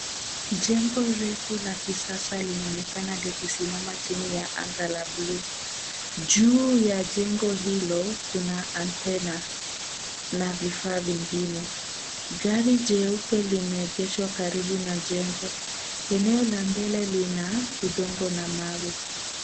Jengo refu la kisasa linaonekana likisimama chini ya anga la bluu. Juu ya jengo hilo kuna antena na vifaa vingine. Gari jeupe limeegeshwa karibu na jengo. Eneo la mbele lina udongo na mawe.